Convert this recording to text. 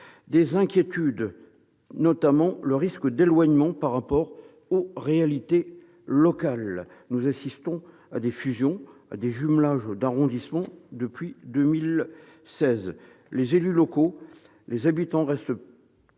des inquiétudes, notamment le risque d'éloignement par rapport aux réalités locales. Nous assistons à des fusions, à des jumelages d'arrondissements depuis 2016. Les élus locaux, les habitants restent